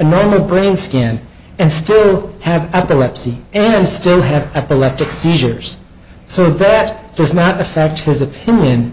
a normal brain scan and still have epilepsy and still have epileptic seizures so bad does not affect his opinion